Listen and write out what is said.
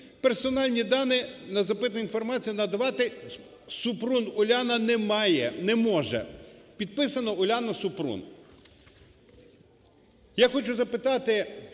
персональні дані на запитання інформації надавати Супрун Уляна не має, не може. Підписано "Уляна Супрун".